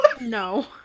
no